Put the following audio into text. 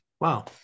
wow